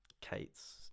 Kate's